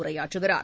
உரையாற்றுகிறார்